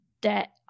debt